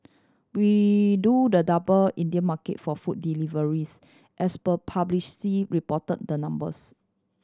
we do the double Indian market for food deliveries as per publicly reported the numbers